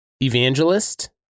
evangelist